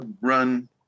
run